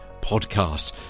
podcast